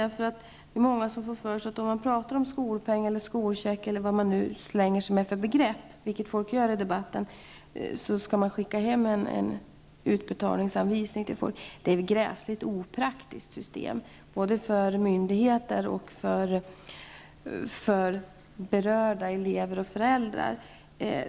Många får nämligen för sig att när det i debatten talas om en skolpeng, en skolcheck eller något annat begrepp är det fråga om att man skall skicka hem en utbetalningsanvisning till folk. Men det är ett gräsligt opraktiskt system både för myndigheter och för berörda elever och föräldrar.